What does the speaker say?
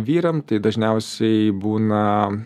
vyram tai dažniausiai būna